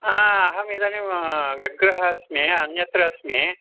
हा अहम् इदानीं व्यग्रः अस्मि अन्यत्र अस्मि